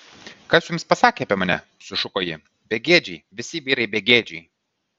kas jums pasakė apie mane sušuko ji begėdžiai visi vyrai begėdžiai